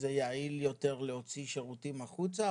שזה יעיל יותר להוציא שירותים החוצה?